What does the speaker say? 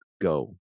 go